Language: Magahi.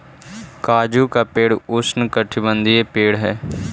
काजू का पेड़ उष्णकटिबंधीय पेड़ हई